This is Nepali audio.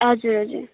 हजुर हजुर